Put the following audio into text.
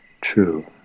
true